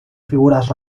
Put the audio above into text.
figuras